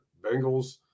Bengals